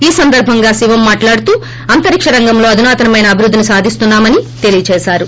ఈ సందర్బంగా శివమ్ మాట్లాడుతూ అంతరిక్ష రంగంలో అధునాతనమైన అభివృద్దిని సాధిస్తున్నా మని తెలియజేశారు